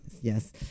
Yes